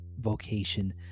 vocation